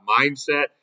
mindset